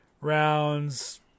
rounds